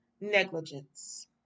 negligence